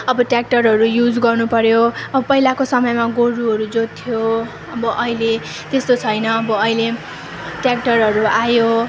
अब ट्याक्टरहरू युज गर्नुपऱ्यो अब पहिलाको समयमा गोरुहरू जोत्थ्यो अब अहिले त्यस्तो छैन अब अहिले ट्याक्टरहरू आयो